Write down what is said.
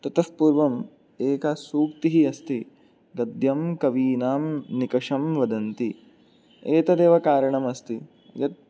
ततःपूर्वम् एका सूक्तिः अस्ति गद्यं कवीनां निकषं वदन्ति एतदेव कारणमस्ति यत्